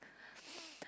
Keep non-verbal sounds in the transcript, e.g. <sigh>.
<noise>